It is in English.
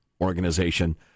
organization